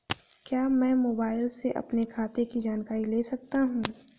क्या मैं मोबाइल से अपने खाते की जानकारी ले सकता हूँ?